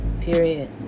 Period